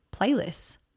playlists